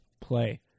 play